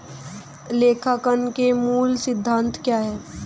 लेखांकन के मूल सिद्धांत क्या हैं?